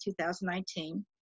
2019